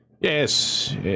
Yes